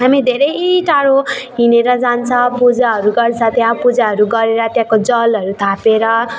हामी धेरै टाढो हिँडेर जान्छ पूजाहरू गर्छ त्यहाँ पूजाहरू गरेर त्यहाँको जलहरू थापेर